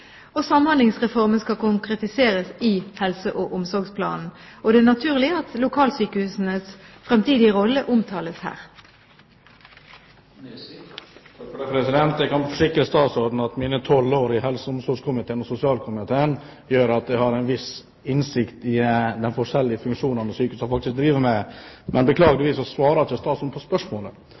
Samhandlingsreformen skal konkretiseres i helse- og omsorgsplanen. Det er naturlig at lokalsykehusenes fremtidige rolle omtales her. Jeg kan forsikre statsråden om at mine tolv år i helse- og omsorgskomiteen/sosialkomiteen gjør at jeg har en viss innsikt i de forskjellige funksjonene sykehusene faktisk driver med. Men beklageligvis svarer ikke statsråden på spørsmålet.